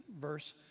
verse